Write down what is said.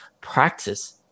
practice